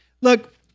Look